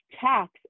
tax